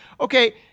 okay